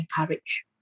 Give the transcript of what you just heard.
encourage